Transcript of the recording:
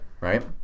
Right